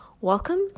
Welcome